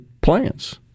plans